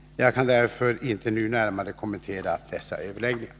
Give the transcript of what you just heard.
Jag kan därför inte nu närmare kommentera dessa överläggningar.